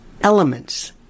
elements